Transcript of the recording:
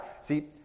See